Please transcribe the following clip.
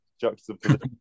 juxtaposition